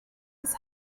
his